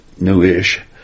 new-ish